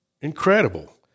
incredible